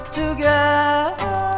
together